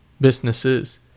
businesses